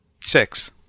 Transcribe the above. Six